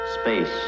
Space